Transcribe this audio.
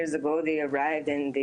להלן תרגום חופשי)